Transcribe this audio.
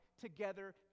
together